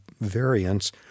variants